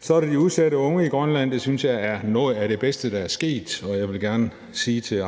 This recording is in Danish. Så er der de udsatte unge i Grønland, og på det område synes jeg noget af det bedste er sket. Jeg vil gerne sige til